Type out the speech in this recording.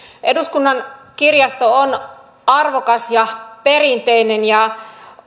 eduskunnan kirjasto on arvokas ja perinteinen ja